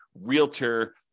realtor